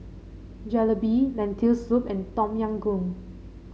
Jalebi Lentil Soup and Tom Yam Goong